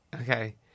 Okay